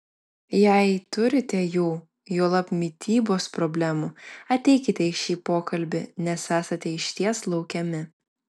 jei turite jų juolab mitybos problemų ateikite į šį pokalbį nes esate išties laukiami